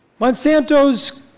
Monsanto's